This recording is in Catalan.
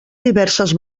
diverses